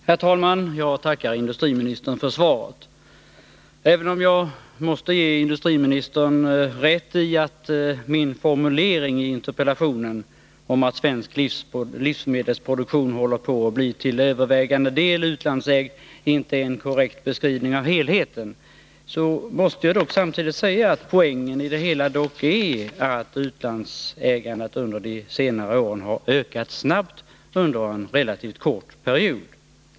Herr talman! Jag tackar industriministern för svaret. Jag måste ge industriministern rätt i att min formulering i interpellationen, att svensk livsmedelsproduktion håller på att bli till övervägande del utlandsägd, inte är en korrekt beskrivning av helheten. Jag måste dock samtidigt säga att poängen i mitt resonemang är att utlandsägandet under de senare åren har ökat snabbt under en relativt kort period.